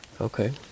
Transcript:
Okay